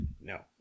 No